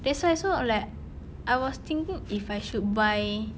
that's why so like I was thinking if I should buy